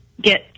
get